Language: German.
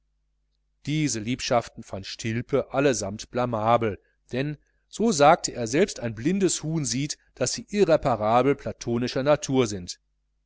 diese liebschaften fand stilpe allesammt blamabel denn so sagte er selbst ein blindes huhn sieht daß sie irreparabel platonischer natur sind